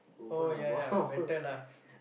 oh ya ya better lah